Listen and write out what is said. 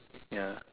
ya